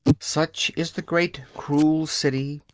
such is the great cruel city,